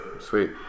Sweet